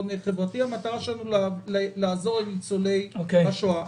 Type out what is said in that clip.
חברתי, אלא לעזור לניצולי השואה.